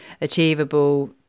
achievable